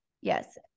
yes